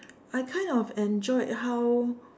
I kind of enjoyed how